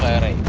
had a